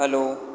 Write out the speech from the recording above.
hello